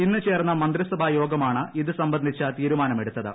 ഇന്ന് ചേർന്ന മന്ത്രി സഭാ യോഗമാണ് ഇത് സംബന്ധിച്ച് തീരുമാനമെടുത്തത്